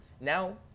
Now